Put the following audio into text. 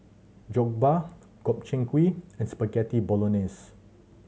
Jokbal Gobchang Gui and Spaghetti Bolognese